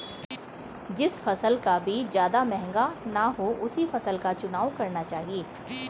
जिस फसल का बीज ज्यादा महंगा ना हो उसी फसल का चुनाव करना चाहिए